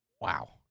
Wow